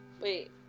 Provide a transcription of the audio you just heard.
Wait